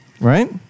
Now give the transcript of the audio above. Right